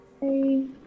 Hey